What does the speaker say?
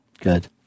Good